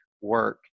work